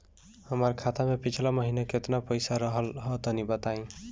हमार खाता मे पिछला महीना केतना पईसा रहल ह तनि बताईं?